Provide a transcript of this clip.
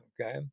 okay